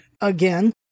again